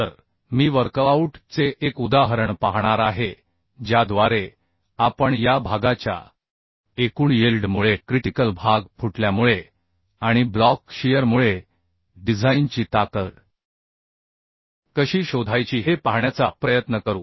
तर मी वर्कआऊट चे एक उदाहरण पाहणार आहे ज्याद्वारे आपण या भागाच्या एकूण यिल्ड मुळेक्रिटिकल भाग फुटल्यामुळे आणि ब्लॉक शियरमुळे डिझाइनची ताकद कशी शोधायची हे पाहण्याचा प्रयत्न करू